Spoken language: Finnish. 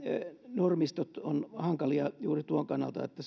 normistot ovat hankalia juuri tuon kannalta että